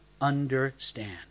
understand